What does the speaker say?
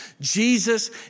Jesus